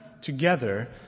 together